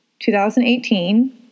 2018